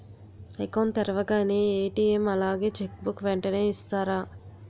Account తెరవగానే ATM అలాగే cheque book వెంటనే ఇస్తారా?